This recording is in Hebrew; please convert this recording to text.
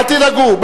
אל תדאגו,